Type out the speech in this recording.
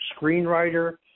screenwriter